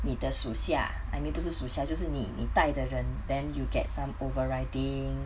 你的属下 I mean 不是属下就是你你带的人 then you get some overriding